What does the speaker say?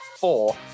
Four